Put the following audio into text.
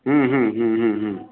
हुँ हुँ हुँ हुँ हुँ